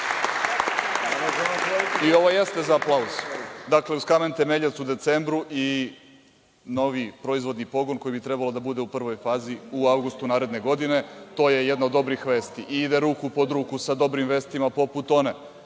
i jeste za aplauz. Dakle, uz kamen temeljac u decembru i novi proizvodni pogon koji bi trebao da bude u prvoj fazi u avgustu naredne godine. To je jedna od dobrih vesti i ide ruku pod ruku sa dobrim vestima poput one